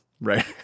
right